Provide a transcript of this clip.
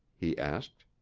he asked.